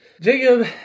Jacob